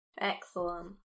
Excellent